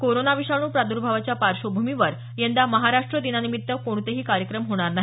corona विषाणू प्रादुर्भावाच्या पार्श्वभूमीवर यंदा महाराष्ट्र दिनानिमित्त कोणतेही कार्यक्रम होणार नाही